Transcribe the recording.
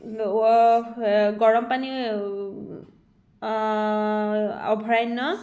গৰম পানী অভয়াৰণ্য